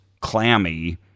clammy